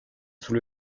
sous